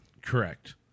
Correct